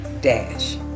Dash